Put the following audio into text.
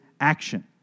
action